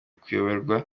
kuyoborwa